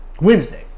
wednesday